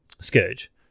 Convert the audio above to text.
Scourge